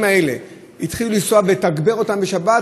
בקווים האלה התחילו לנסוע והם תוגברו בשבת,